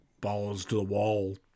balls-to-the-wall